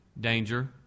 danger